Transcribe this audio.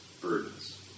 burdens